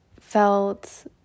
felt